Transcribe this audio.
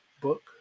book